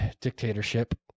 dictatorship